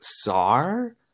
czar